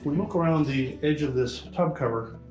look around the edge of this tub cover,